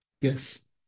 Yes